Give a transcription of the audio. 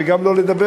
וגם לא נדבר?